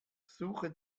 suche